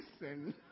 listen